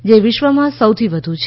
જે વિશ્વમાં સૌથી વધુ છે